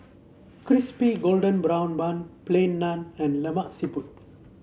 Crispy Golden Brown Bun Plain Naan and Lemak Siput